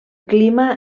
clima